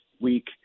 week